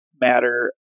matter